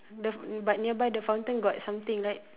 the but nearby the fountain got something right